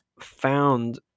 found